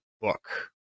book